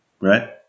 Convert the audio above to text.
Right